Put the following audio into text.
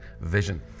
vision